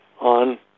on